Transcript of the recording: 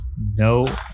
No